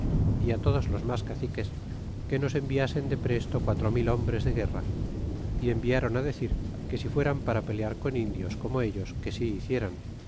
é todos los mas caciques que nos enviasen depresto quatro mil hombres de guerra y environ decir que si fueran para pelear con indios como ellos que si hicieran